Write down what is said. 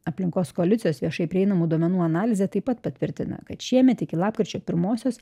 aplinkos koalicijos viešai prieinamų duomenų analizė taip pat patvirtina kad šiemet iki lapkričio pirmosios